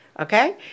Okay